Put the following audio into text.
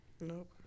Nope